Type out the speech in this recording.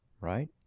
Right